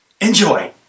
Enjoy